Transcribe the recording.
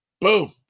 boom